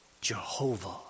Jehovah